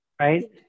Right